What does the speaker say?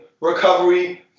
recovery